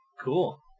Cool